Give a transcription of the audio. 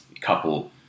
couple